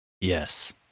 Yes